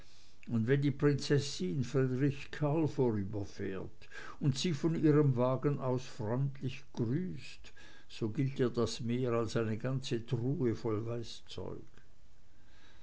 und wenn die prinzessin friedrich karl vorüberfährt und sie von ihrem wagen aus freundlich grüßt so gilt ihr das mehr als eine ganze truhe voll weißzeug